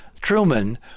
Truman